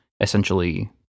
essentially